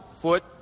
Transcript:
foot